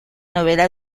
novela